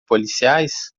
policiais